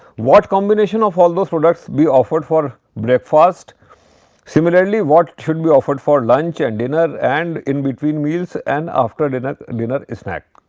what combination of all those products be offered for breakfast similarly, what should be offered for lunch and dinner and in between meals and after dinner dinner a snack.